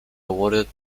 awarded